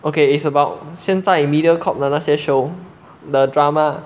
okay it's about 现在 mediacorp 的那些 show the drama